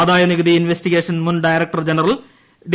ആദായ നികുതി ഇൻവെസ്റ്റിഗേഷൻ മുൻ ഡയറക്ടർ ജനറൽ ഡി